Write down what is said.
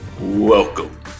Welcome